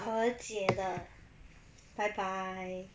和解的 bye bye